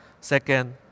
Second